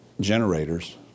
generators